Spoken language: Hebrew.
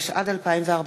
התשע"ד 2014,